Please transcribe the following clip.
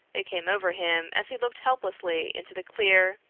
it came over him as he looked helplessly into the clear,